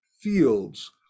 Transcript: fields